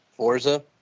forza